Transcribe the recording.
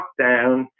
lockdown